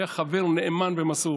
הוא היה חבר נאמן ומסור.